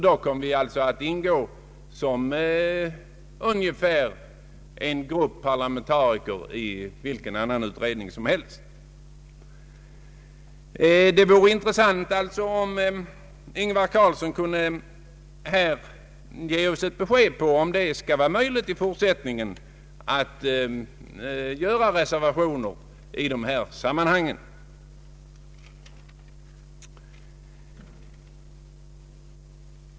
Då skulle vi alltså ingå ungefär som en grupp parlamentariker i vilken annan utredning som helst. Det vore intressant om herr Ingvar Carlsson här kunde ge oss ett besked — om det i fortsättningen skall vara möjligt att göra reservationer i dessa sammanhang.